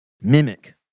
mimic